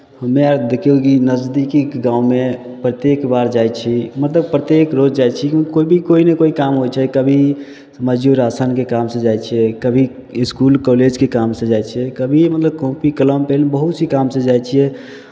हमे अर देखियौ कि नजदीकीक गाँवमे प्रत्येक बार जाइ छी मतलब प्रत्येक रोज जाइ छी कोइ भी कोइ नहि कोइ काम होइ छै कभी मजूर राशनके कामसँ जाइ छियै कभी इसकुल कॉलेजके कामसँ जाइ छियै कभी मतलब कॉपी कलम पेन बहुत सी कामसँ जाइ छियै